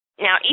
Now